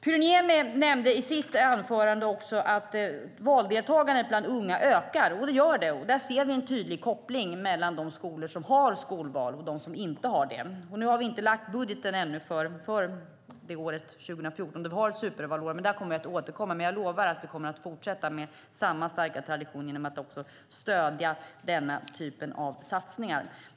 Pyry Niemi nämnde också i sitt inlägg att valdeltagandet bland unga ökar. Det gör det, och där vi ser vi en tydlig koppling mellan de skolor som har skolval och dem som inte har det. Nu har vi ännu inte lagt fram budgeten för 2014, då har vi ett supervalår, men där kommer vi att återkomma. Jag lovar att vi kommer att fortsätta med samma starka tradition genom att stödja denna typ av satsningar.